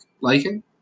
liking